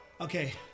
Okay